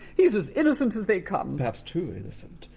he's as innocent as they come! perhaps too innocent.